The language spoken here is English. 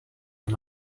him